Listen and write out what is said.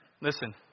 listen